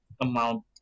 amount